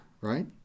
right